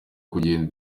kugenda